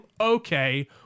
Okay